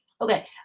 Okay